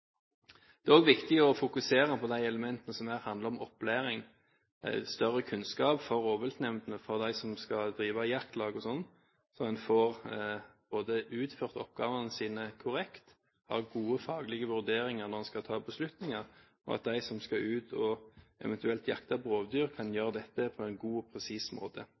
Det er også viktig å fokusere på de elementene som handler om opplæring, større kunnskap for rovviltnemndene, for de som skal drive jaktlag, osv., slik at man både får utført oppgavene sine korrekt, får tatt gode faglige beslutninger, slik at de som eventuelt skal ut og jakte på rovdyr, gjør dette på en god og presis måte.